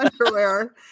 underwear